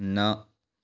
न